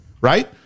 right